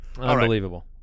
Unbelievable